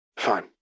Fine